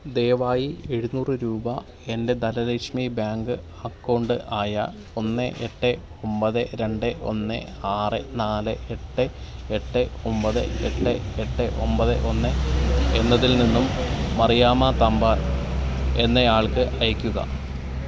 ദയവായി എഴുന്നൂറ് രൂപ എൻ്റെ ധനലക്ഷ്മി ബാങ്ക് അക്കൗണ്ട് ആയ ഒന്ന് എട്ട് ഒമ്പത് രണ്ട് ഒന്ന് ആറ് നാല് എട്ട് എട്ട് ഒമ്പത് എട്ട് എട്ട് ഒമ്പത് ഒന്ന് എന്നതിൽനിന്നും മറിയാമ്മ തമ്പാൻ എന്നയാൾക്ക് അയക്കുക